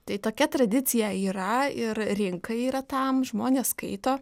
tai tokia tradicija yra ir rinka yra tam žmonės skaito